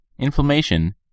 inflammation